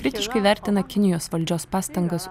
kritiškai vertina kinijos valdžios pastangas